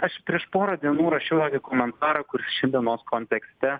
aš prieš porą dienų rašiau tokį komentarą kur šiandienos kontekste